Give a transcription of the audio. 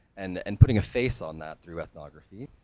and and putting a face on that through ethnography.